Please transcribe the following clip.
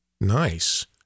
Nice